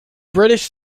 british